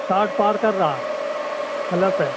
ساٹھ پار کر رہا ہے پلس ہے